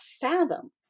fathom